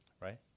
right